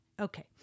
okay